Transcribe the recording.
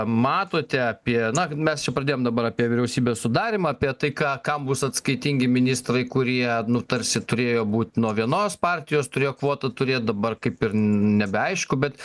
matote apie na mes čia pradėjom dabar apie vyriausybės sudarymą apie tai ką kam bus atskaitingi ministrai kurie nu tarsi turėjo būt nuo vienos partijos turėjo kvotą turėt bar kaip ir n nebeaišku bet